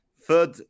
Third